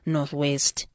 Northwest